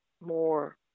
more